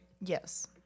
Yes